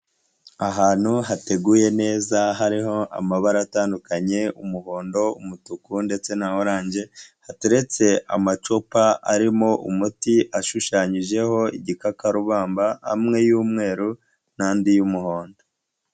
Ahantu hateguye neza hariho amabara atandukanye, umuhondo, umutuku ndetse na oranje, hateretse amacupa arimo umuti ashushanyijeho igikakarubamba, amwe y'umweru n'andi y'umuhondo.